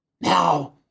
now